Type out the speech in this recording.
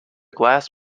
glass